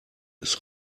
ist